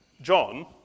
John